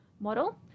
model